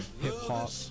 hip-hop